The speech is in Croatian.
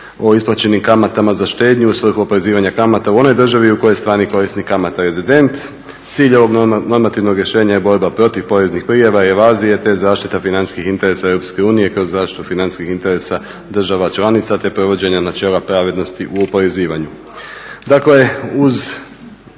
o isplaćenim kamatama za štednju u svrhu oporezivanja kamata u onoj državi u kojoj strani korisnik …/Govornik se ne razumije./… Cilj ovog normativnog rješenja je borba protiv poreznih prijava i evazije, te zaštita financijskih interesa EU kroz zaštitu financijskih interesa država članica te provođenje načela pravednosti u oporezivanju.